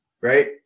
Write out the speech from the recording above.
right